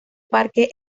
parque